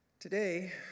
Today